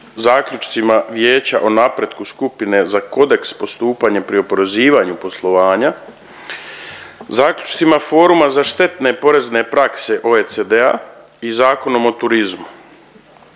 zaključcima Vijeća o napretku skupine za kodeks postupanja pri oporezivanju poslovanja, zaključcima foruma za štetne porezne prakse OECD-a i Zakonom o turizmu.